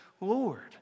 Lord